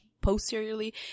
posteriorly